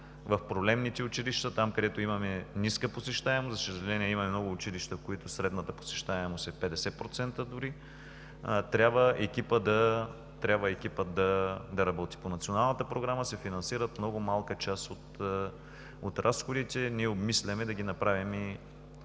в проблемните училища – там, където имаме ниска посещаемост, за съжаление, имаме много училища, в които средната посещаемост е 50% дори, екипът да работи. По Националната програма се финансират много малка част от разходите. Ние обмисляме да ги направим